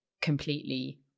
completely